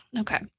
Okay